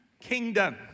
kingdom